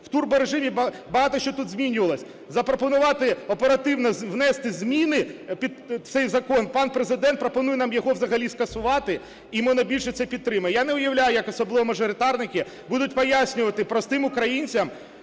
в турборежимі багато що тут змінювалось, запропонувати оперативно внести зміни під цей закон. Пан Президент пропонує нам його взагалі скасувати, і монобільшість це підтримає. Я не уявлю, як особливо мажоритарники будуть пояснювати простим українцям,